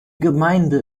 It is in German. gemeinde